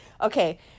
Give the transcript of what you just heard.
Okay